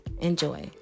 Enjoy